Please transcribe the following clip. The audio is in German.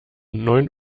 neun